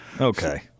Okay